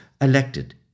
elected